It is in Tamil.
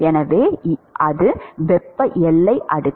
எனவே அது வெப்ப எல்லை அடுக்கு